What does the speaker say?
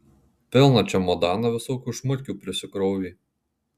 pilną čemodaną visokių šmutkių prisikrovė